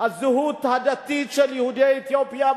הזהות הדתית של יהודי אתיופיה,